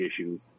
issue